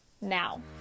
now